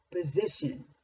position